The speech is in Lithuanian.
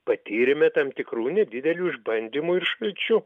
patyrėme tam tikrų nedidelių išbandymų ir šalčiu